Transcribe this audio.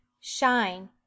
Shine